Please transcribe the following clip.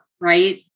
right